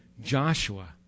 Joshua